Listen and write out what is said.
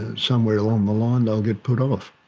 and somewhere along the line they'll get put off.